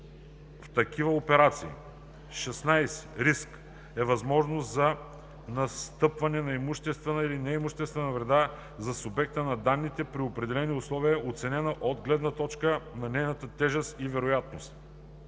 в такива операции. 16. „Риск“ е възможността за настъпване на имуществена или неимуществена вреда за субекта на данните при определени условия, оценена от гледна точка на нейната тежест и вероятност.